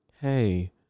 hey